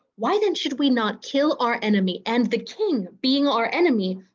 why then should we not kill our enemy, and the king being our enemy,